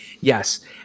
Yes